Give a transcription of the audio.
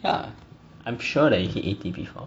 yeah I'm sure that you hit eighty before